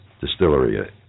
distillery